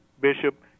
bishop